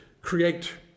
create